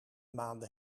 maande